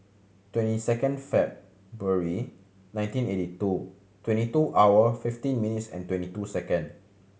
twenty second February nineteen eighty two twenty two hour fifteen minutes and twenty two second